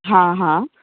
हा हा